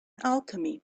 alchemy